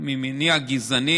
חוק ומשפט לאשר את הצעת החוק הזאת